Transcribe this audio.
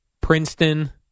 princeton